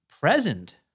present